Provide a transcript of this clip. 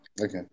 Okay